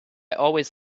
always